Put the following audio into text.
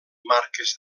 marques